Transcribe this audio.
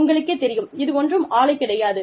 உங்களுக்கேத் தெரியும் இது ஒன்றும் ஆலை கிடையாது